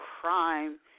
crime